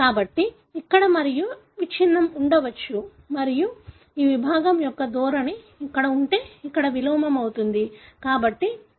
కాబట్టి ఇక్కడ మరియు ఇక్కడ విచ్ఛిన్నం ఉండవచ్చు మరియు ఈ విభాగం యొక్క ధోరణి ఇక్కడ ఉంటే ఇక్కడ విలోమం అవుతుంది